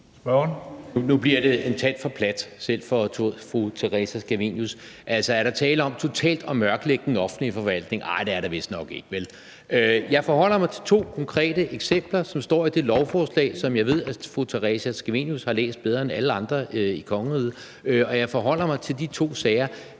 Nu bliver det en tand for plat, selv for fru Theresa Scavenius. Altså, er der tale om totalt at mørklægge den offentlige forvaltning? Nej, det er der vistnok ikke, vel? Jeg forholder mig til to konkrete eksempler, som står i det lovforslag, som jeg ved fru Theresa Scavenius har læst bedre end alle andre i kongeriget, og jeg forholder mig til de to sager.